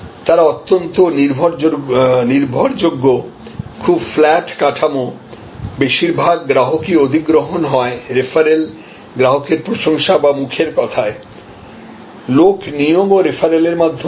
তারা অত্যন্ত নির্ভরযোগ্য খুব ফ্ল্যাট কাঠামো বেশিরভাগ গ্রাহকই অধিগ্রহণ হয় রেফারেল গ্রাহকের প্রশংসা বা মুখের কথায় লোক নিয়োগ ও রেফারেলের মাধ্যমে হয়